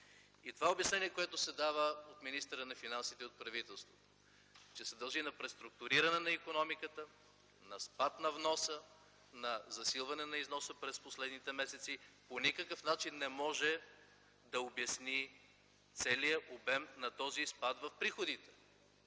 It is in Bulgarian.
И това е обяснение, което се дава от министъра на финансите и от правителството, че се дължи на преструктуриране на икономиката, на спад на вноса, на засилване на износа през последните месеци. По никакъв начин не може да обясни целия обем на този спад в приходите.